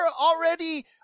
already